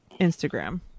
Instagram